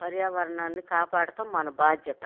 పర్యావరణాన్ని కాపాడటం మన బాధ్యత